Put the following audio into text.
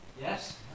Yes